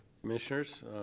Commissioners